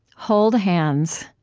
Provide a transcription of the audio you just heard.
hold hands.